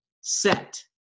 set